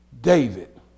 David